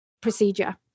procedure